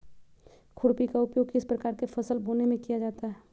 खुरपी का उपयोग किस प्रकार के फसल बोने में किया जाता है?